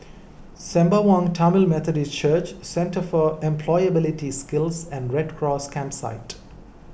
Sembawang Tamil Methodist Church Centre for Employability Skills and Red Cross Campsite